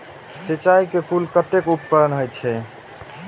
सिंचाई के कुल कतेक उपकरण होई छै?